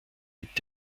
mit